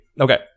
Okay